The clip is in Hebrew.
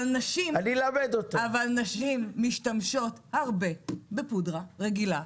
אבל נשים משתמשות הרבה בפודרה רגילה,